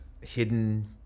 hidden